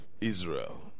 Israel